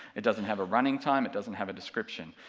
it doesn't have a running time, it doesn't have a description.